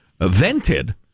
vented